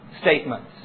statements